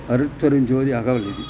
अरुत् परिञ्जोति आगवल् इति